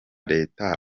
leta